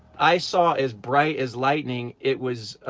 i saw as bright as lightning, it was,